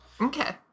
Okay